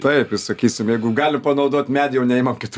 taip ir sakysim jeigu gali panaudot medį jau neimam kitų